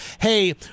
hey